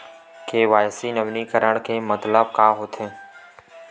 KYC नवीनीकरण के मतलब का होथे?